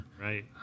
Right